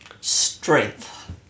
Strength